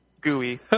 gooey